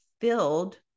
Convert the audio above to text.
filled